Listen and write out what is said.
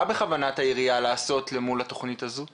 מה בכוונת העיריה לעשות למול התכנית הזאת כרגע?